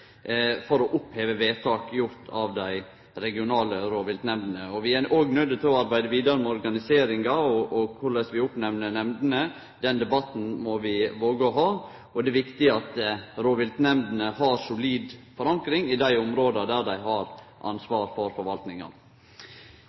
for å oppheve vedtak gjorde i dei regionale rovviltnemndene. Vi er òg nøydde til å arbeide vidare med organiseringa og med korleis vi oppnemner nemndene. Den debatten må vi våge å ta. Det er viktig at rovviltnemndene har solid forankring i dei områda der dei har ansvaret for forvaltninga.